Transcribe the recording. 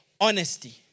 honesty